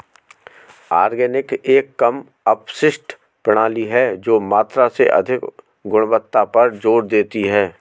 organic एक कम अपशिष्ट प्रणाली है जो मात्रा से अधिक गुणवत्ता पर जोर देती है